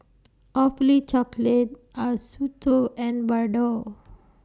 Awfully Chocolate Acuto and Bardot